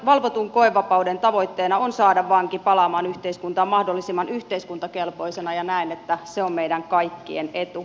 valvotun koevapauden tavoitteena on saada vanki palaamaan yhteiskuntaan mahdollisimman yhteiskuntakelpoisena ja näen että se on meidän kaikkien etu